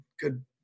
good